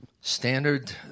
standard